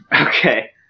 Okay